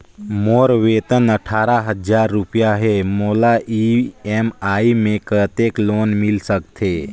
मोर वेतन अट्ठारह हजार रुपिया हे मोला ई.एम.आई मे कतेक लोन मिल सकथे?